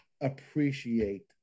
appreciate